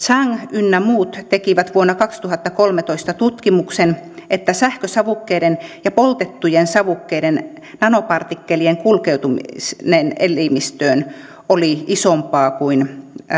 ynnä muuta tekivät vuonna kaksituhattakolmetoista tutkimuksen että sähkösavukkeiden ja poltettujen savukkeiden nanopartikkelien kulkeutuminen elimistöön oli isompaa kuin